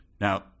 Now